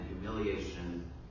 humiliation